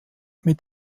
mit